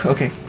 Okay